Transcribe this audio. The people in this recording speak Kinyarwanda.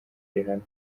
rihanna